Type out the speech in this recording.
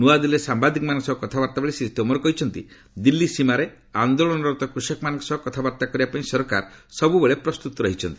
ନୂଆଦିଲ୍ଲୀରେ ସାମ୍ଭାଦିକମାନଙ୍କ ସହ କଥାବାର୍ତ୍ତାବେଳେ ଶ୍ରୀ ତୋମର କହିଛନ୍ତି ଦିଲ୍ଲୀ ସୀମାରେ ଆନ୍ଦୋଳନରତ କୃଷକମାନଙ୍କ ସହ କଥାବର୍ତ୍ତା କରିବାପାଇଁ ସରକାର ସବୁବେଳେ ପ୍ରସ୍ତୁତ ରହିଛନ୍ତି